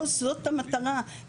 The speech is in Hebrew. לא זאת המטרה,